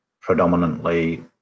predominantly